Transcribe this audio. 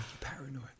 paranoid